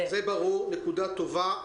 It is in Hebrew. זה ברור, נקודה טובה.